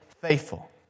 faithful